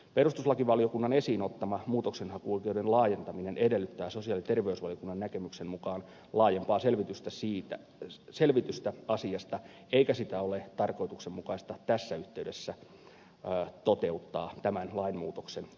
perustuslakivaliokunnan esiin ottama muutoksenhakuoikeuden laajentaminen edellyttää sosiaali ja terveysvaliokunnan näkemyksen mukaan laajempaa selvitystä asiasta eikä sitä ole tarkoituksenmukaista tässä yhteydessä toteuttaa tämän lainmuutoksen yhteydessä